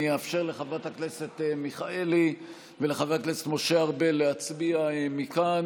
אני אאפשר לחברת הכנסת מיכאלי ולחבר הכנסת משה ארבל להצביע מכאן.